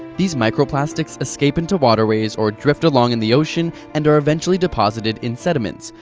these microplastics escape into waterways or drift along in the ocean and are eventually deposited in sediments.